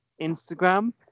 Instagram